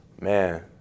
Man